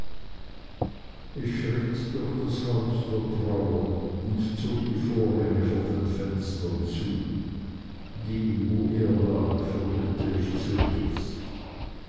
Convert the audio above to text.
ich schritt durch das haus der trauer und zog die vorhänge vor den fenstern zu die wo er lag verhüllte ich zuletzt